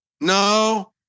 No